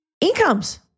incomes